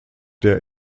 der